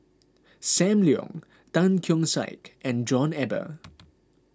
Sam Leong Tan Keong Saik and John Eber